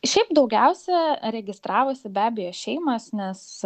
šiaip daugiausia registravosi be abejo šeimos nes